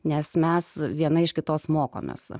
nes mes viena iš kitos mokomės